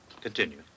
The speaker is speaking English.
Continue